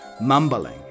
Mumbling